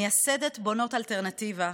מייסדת "בונות אלטרנטיבה"